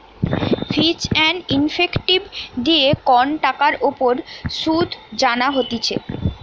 ফিচ and effective দিয়ে কন টাকার উপর শুধ জানা হতিছে